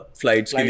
flights